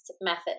method